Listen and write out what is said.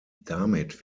damit